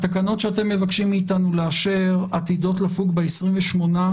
התקנות שאתם מבקשים מאיתנו לאשר עתידות לפוג ב-28,